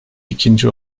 ikinci